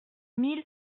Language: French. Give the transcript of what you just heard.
mille